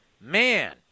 man